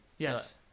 Yes